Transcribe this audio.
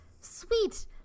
sweet